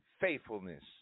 faithfulness